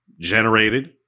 generated